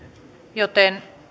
joten